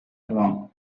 alone